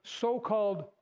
so-called